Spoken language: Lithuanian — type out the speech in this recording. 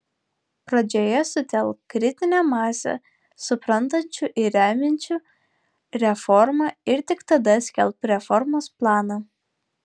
pradžioje sutelk kritinę masę suprantančių ir remiančių reformą ir tik tada skelbk reformos planą